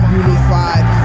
unified